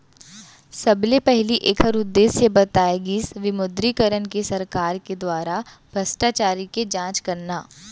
सबले पहिली ऐखर उद्देश्य बताए गिस विमुद्रीकरन के सरकार के दुवारा भस्टाचारी के जाँच करना